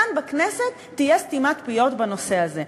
כאן בכנסת תהיה סתימת פיות בנושא הזה?